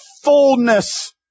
fullness